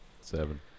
Seven